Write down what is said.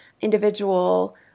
individual